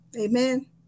Amen